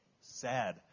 sad